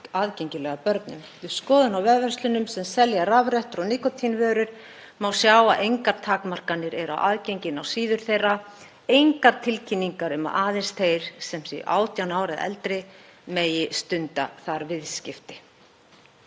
aðgengilegar börnum. Við skoðun á vefverslunum sem selja rafrettur og nikótínvörur má sjá að engar takmarkanir eru á aðgengi inn á síður þeirra, engar tilkynningar um að aðeins þeir sem séu 18 ára eða eldri megi stunda þar viðskipti.“